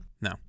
No